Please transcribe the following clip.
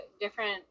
different